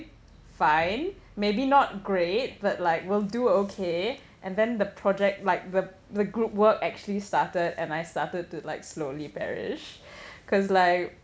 fine maybe not great but like will do okay and then the project like the the group work actually started and I started to like slowly perish cause like